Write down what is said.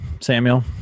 Samuel